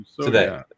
Today